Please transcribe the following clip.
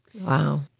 Wow